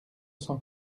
cent